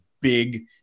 big